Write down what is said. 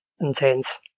intense